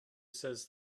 says